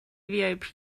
vip